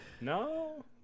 no